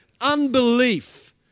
Unbelief